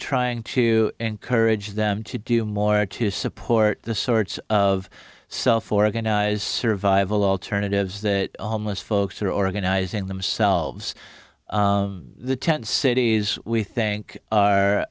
trying to encourage them to do more to support the sorts of self organize survival alternatives that list folks are organizing themselves the tent cities we think